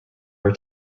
were